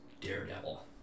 Daredevil